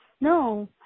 No